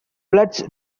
floods